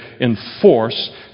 enforce